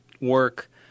work